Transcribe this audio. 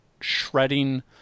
shredding